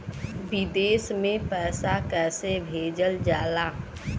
विदेश में पैसा कैसे भेजल जाला?